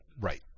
Right